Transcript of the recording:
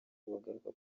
bagaruka